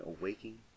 awaking